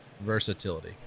versatility